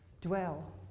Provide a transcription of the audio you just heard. dwell